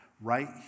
right